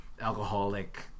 alcoholic